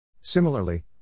Similarly